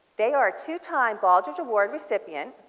they are two time bald ridge award rerip yeah and